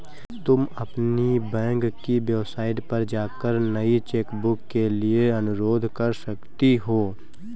तुम अपनी बैंक की वेबसाइट पर जाकर नई चेकबुक के लिए अनुरोध कर सकती हो